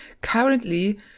Currently